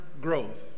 growth